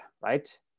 right